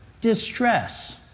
Distress